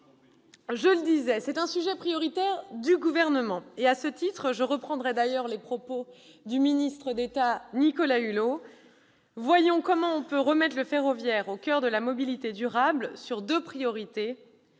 puisse dire ! C'est un sujet prioritaire pour le Gouvernement. À ce titre, je reprendrai les propos du ministre d'État Nicolas Hulot :« Voyons comment on peut remettre le ferroviaire au coeur de la mobilité durable sur deux priorités